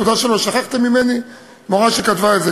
תודה שלא שכחתם ממני"; מורה כתבה את זה.